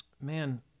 man